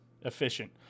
efficient